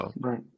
Right